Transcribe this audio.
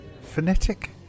phonetic